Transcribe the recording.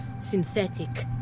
synthetic